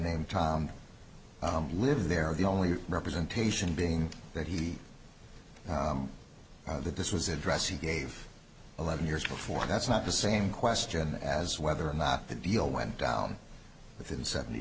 named live there the only representation being that he that this was a dress he gave eleven years before that's not the same question as whether or not the deal went down within seventy